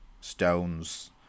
Stones